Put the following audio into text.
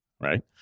right